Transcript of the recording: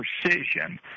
precision